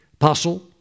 apostle